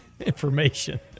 Information